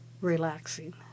relaxing